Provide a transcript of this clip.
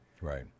right